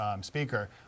Speaker